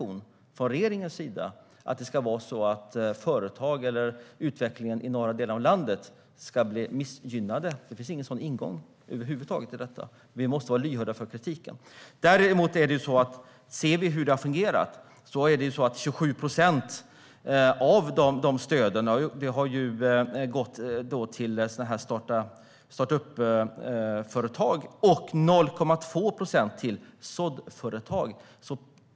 Men från regeringen finns det ingen ambition om att företag och utveckling i den norra delen av landet ska bli missgynnade. Det finns ingen sådan ingång i detta över huvud taget. Men vi måste vara lyhörda för kritiken. Om vi tittar på hur det har fungerat kan vi se att 27 procent av stöden har gått till startup-företag och 0,2 procent till såddföretag.